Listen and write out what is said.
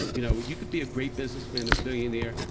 you know you could be a great businessman, a billionaire.